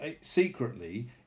secretly